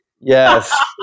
Yes